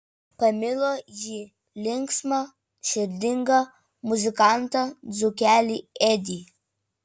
pamilo ji linksmą širdingą muzikantą dzūkelį edį